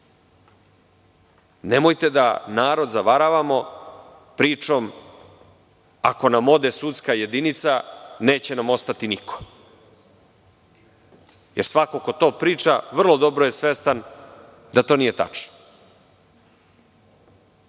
da narod zavaravamo pričom, ako nam ode sudska jedinica, neće nam ostati niko. Svako ko to priča, vrlo dobro je svestan da to nije